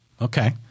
Okay